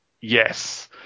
yes